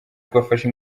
rwafashe